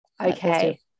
okay